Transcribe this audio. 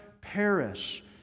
perish